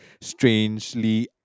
strangely